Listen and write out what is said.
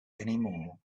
anymore